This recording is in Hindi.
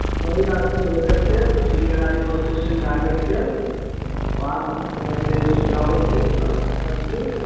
वही रास्ते होकर के मुसरिघरारी बस स्टैंड आ करके वहाँ से फिर आएँगे सुजावलपुर ताजपुर